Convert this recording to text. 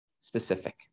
specific